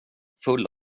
full